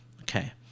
Okay